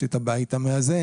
יש את הבית המאזן,